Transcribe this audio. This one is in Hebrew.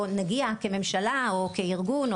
או נגיע כממשלה או כארגון,